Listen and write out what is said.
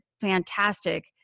fantastic